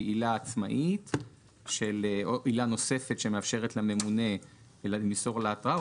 עילה נוספת שמאפשרת לממונה למסור לה התראה,